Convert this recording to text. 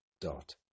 dot